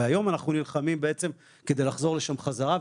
והיום אנחנו נלחמים כדי לחזור לשם חזרה.